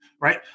right